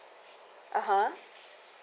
a'ah